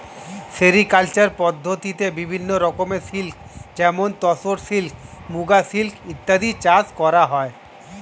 sericulture পদ্ধতিতে বিভিন্ন রকমের সিল্ক যেমন তসর সিল্ক, মুগা সিল্ক ইত্যাদি চাষ করা হয়